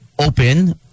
open